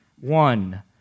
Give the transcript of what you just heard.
one